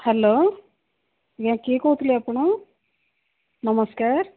hello କିଏ କହୁଥିଲେ ଆପଣ ନମସ୍କାର